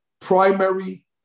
primary